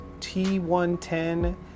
t110